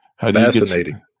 Fascinating